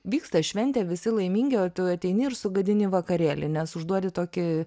vyksta šventė visi laimingi o tu ateini ir sugadini vakarėlį nes užduodi tokį